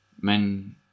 men